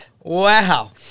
Wow